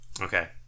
Okay